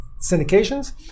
syndications